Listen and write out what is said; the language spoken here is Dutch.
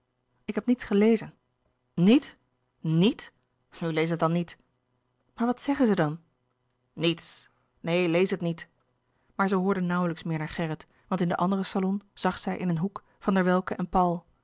ik heb niets gelezen niet niet nu lees het dan niet maar wat zeggen ze dan niets neen lees het niet louis couperus de boeken der kleine zielen maar zij hoorde nauwlijks meer naar gerrit want in den anderen salon zag zij in een hoek van der welcke en paul